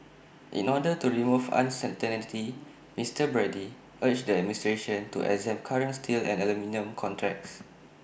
in order to remove uncertainty Mister Brady urged the administration to exempt current steel and aluminium contracts